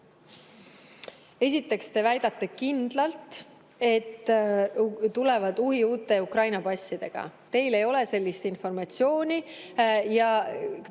Esiteks, te väidate kindlalt, et tulevad uhiuute Ukraina passidega. Teil ei ole sellist informatsiooni.